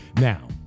Now